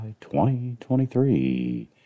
2023